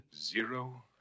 Zero